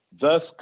Thus